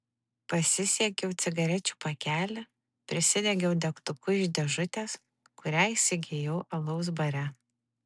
pasisiekiau cigarečių pakelį prisidegiau degtuku iš dėžutės kurią įsigijau alaus bare